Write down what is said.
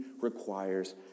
requires